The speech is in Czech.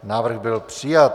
Návrh byl přijat.